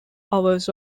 hours